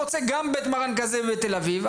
אני רוצה גם בית מרן כזה בתל אביב,